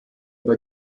bei